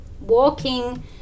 walking